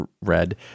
read